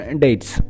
dates